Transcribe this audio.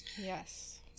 yes